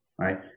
right